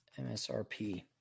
MSRP